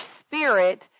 spirit